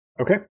Okay